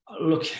look